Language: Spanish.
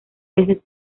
veces